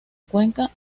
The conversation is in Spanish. cuenca